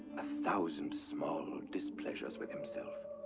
ah thousand small displeasures with himself,